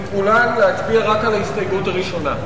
מכולן להצביע רק על ההסתייגות הראשונה.